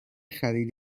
خرید